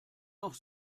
noch